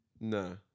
No